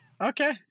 Okay